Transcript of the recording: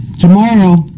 Tomorrow